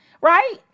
Right